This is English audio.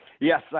Yes